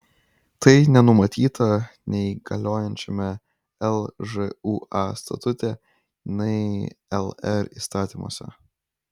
tai nenumatyta nei galiojančiame lžūa statute nei lr įstatymuose